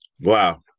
wow